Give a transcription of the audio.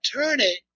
attorney